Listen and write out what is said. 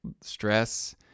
stress